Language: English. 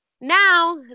Now